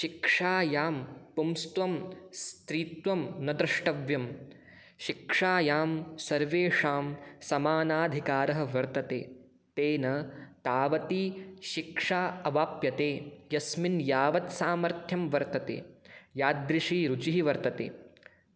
शिक्षायां पुंस्त्वं स्त्रीत्वं न द्रष्टव्यं शिक्षायां सर्वेषां समानाधिकारः वर्तते तेन तावती शिक्षा अवाप्यते यस्मिन् यावत् सामर्थ्यं वर्तते यादृशी रुचिः वर्तते